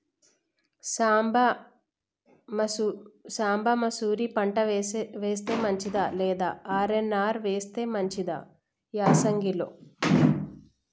సాంబ మషూరి పంట వేస్తే మంచిదా లేదా ఆర్.ఎన్.ఆర్ వేస్తే మంచిదా యాసంగి లో?